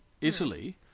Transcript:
Italy